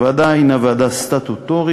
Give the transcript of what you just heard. הוועדה הִנה ועדה סטטוטורית